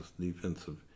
defensive